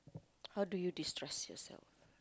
how do you destress yourself